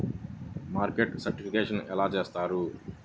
Market certification ఎలా చేస్తారు?